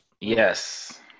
Yes